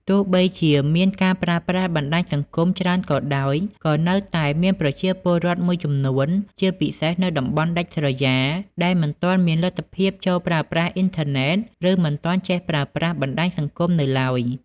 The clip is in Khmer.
ទោះបីជាមានការប្រើប្រាស់បណ្ដាញសង្គមច្រើនក៏ដោយ ក៏នៅតែមានប្រជាពលរដ្ឋមួយចំនួន ជាពិសេសនៅតំបន់ដាច់ស្រយាលដែលមិនទាន់មានលទ្ធភាពចូលប្រើប្រាស់អ៊ីនធឺណិត ឬមិនទាន់ចេះប្រើប្រាស់បណ្ដាញសង្គមនៅឡើយ។